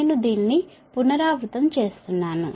నేను దీన్ని పునరావృతం చేస్తున్నాను